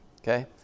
Okay